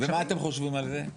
מה אתם חושבים על זה?